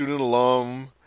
alum